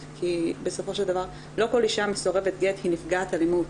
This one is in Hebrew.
כי בסופו של דבר לא כל אישה מסורבת גט היא נפגעת אלימות